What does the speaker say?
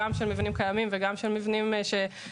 גם של מבנים קיימים וגם של מבנים חדשים,